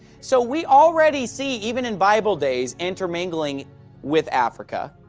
so we already see, even in bible days, intermingling with africa